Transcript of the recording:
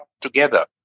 together